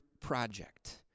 project